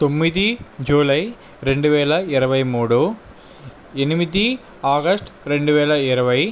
తొమ్మిది జూలై రెండు వేల ఇరవై మూడు ఎనిమిది ఆగస్ట్ రెండు వేల ఇరవై